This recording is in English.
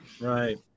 Right